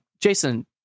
Jason